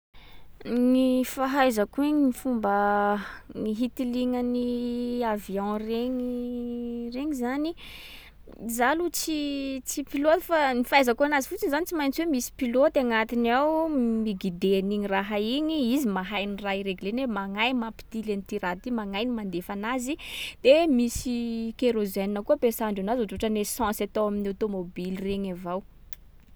Gny fahaizako hoe gny fomba ny hitilignan’ny avion regny; regny zany, za aloha tsy tsy pilote fa ny fahaizako anazy fotsiny zany tsy maintsy hoe misy pilote agnatiny ao, miguider an’igny raha igny. Izy mahay ny raha iregleny hoe magnaia mampitily an’ty raha ty, magnaia ny mandefa anazy. De misy kérozène koa ampesandreo nazy, ohatraohatran’ny essence atao amin’ny automobile regny avao.